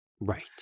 Right